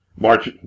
March